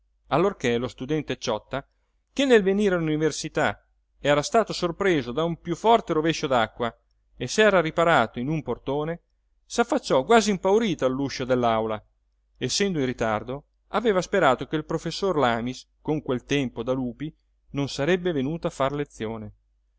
allorché lo studente ciotta che nel venire all'università era stato sorpreso da un piú forte rovescio d'acqua e s'era riparato in un portone s'affacciò quasi impaurito all'uscio dell'aula essendo in ritardo aveva sperato che il professor lamis con quel tempo da lupi non sarebbe venuto a far lezione